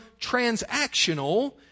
transactional